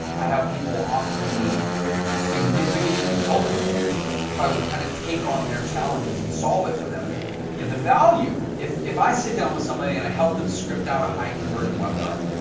i have people offering me you know significant consulting fees if i would kind of take on their challenges and solve it for them. if you the value, if if i sit down with somebody and i help them script out a high converting webinar,